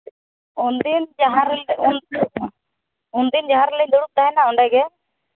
ᱩᱱᱫᱤᱱ ᱡᱟᱦᱟᱸᱨᱮ ᱩᱱᱫᱤᱱ ᱡᱟᱦᱟᱸ ᱨᱮᱞᱤᱧ ᱫᱩᱲᱩᱵ ᱛᱟᱦᱮᱱᱟ ᱚᱸᱰᱮ ᱜᱮ